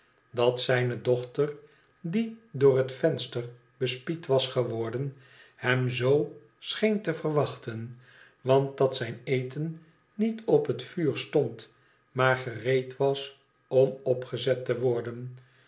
dat zijne dochter die door bet venster bespied was geworden hem z scheen te verwachten want dat zijn eten niet op het vuur stond maar gereed was om opgezet te worden